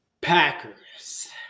Packers